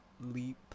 leap